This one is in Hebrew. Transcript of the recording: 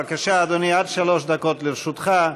בבקשה, אדוני, עד שלוש דקות לרשותך.